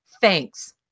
thanks